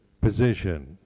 position